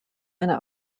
eine